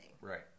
right